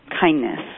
kindness